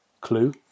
clue